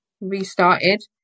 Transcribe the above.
restarted